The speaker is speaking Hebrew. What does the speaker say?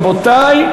רבותי,